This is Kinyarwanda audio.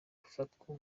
gufatwa